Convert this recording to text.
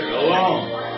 alone